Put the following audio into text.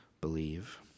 believe